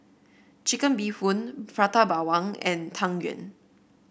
Chicken Bee Hoon Prata Bawang and Tang Yuen